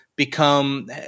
become